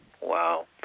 Wow